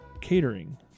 catering